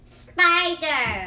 spider